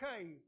Okay